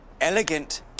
Elegant